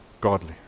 godly